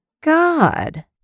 God